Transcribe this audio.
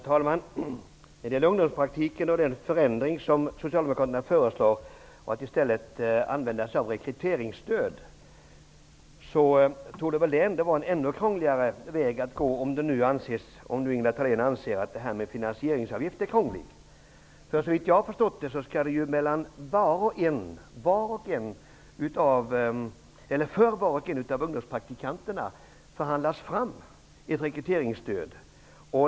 Herr talman! Socialdemokraterna föreslår att man i stället för en finansieringsavgift för ungdomspraktik skall använda sig av rekryteringsstöd. Det torde väl vara en ännu krångligare väg att gå, om nu Ingela Thalén anser att finansieringsavgiften är krånglig. Såvitt jag har förstått skall det för var och en av ungdomspraktikanterna förhandlas fram ett rekryteringsstöd.